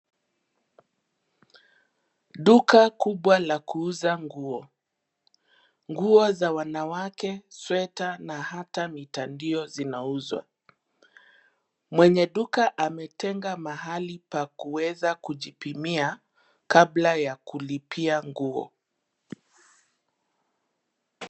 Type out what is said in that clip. Duka kubwa la kuuza nguo, nguo za wanawake, sweater na hata mitandio zinauzwa. Mwenye duka ametenga mahali pa kuweza kujipimia kabla ya kulipia nguo.